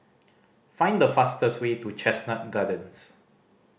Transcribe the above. find the fastest way to Chestnut Gardens